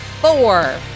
Four